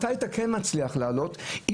מתי כן תצליח לעלות להר,